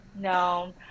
no